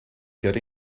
get